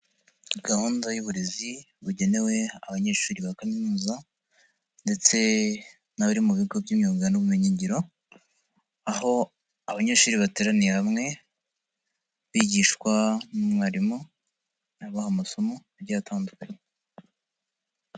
Gahunda y'uburezi bugenewe abanyeshuri ba kaminuza ndetse n'abari mu bigo by'imyuga n'ubumenyingiro, aho abanyeshuri bateraniye hamwe bigishwa n'umwarimu abaha amasomo agiye atandukanye.